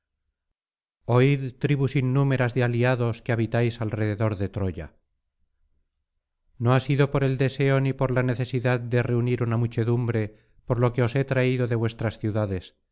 tribus innúmeras de aliados que habitáis alrededor de troya no ha sido por el deseo ni por la necesidad de reunir una muchedumbre por lo que os he traído de vuestras ciudades